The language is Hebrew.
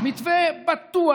מתווה בטוח,